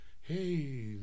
hey